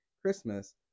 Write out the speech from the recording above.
Christmas